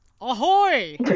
Ahoy